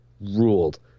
ruled